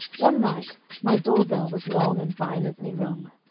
one night my door-bell was long and violently rung.